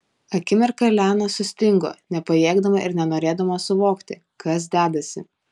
akimirką liana sustingo nepajėgdama ir nenorėdama suvokti kas dedasi